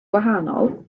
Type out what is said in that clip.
gwahanol